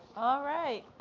right.